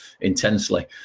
intensely